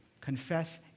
Confess